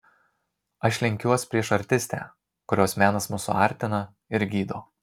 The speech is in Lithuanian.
aš lenkiuos prieš artistę kurios menas mus suartina ir gydo